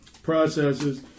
Processes